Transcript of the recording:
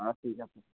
অঁ ঠিক আছে